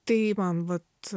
tai man vat